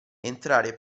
entrare